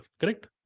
correct